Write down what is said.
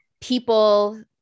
people